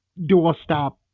doorstop